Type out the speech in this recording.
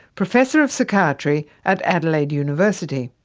professor of psychiatry at adelaide university.